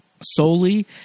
solely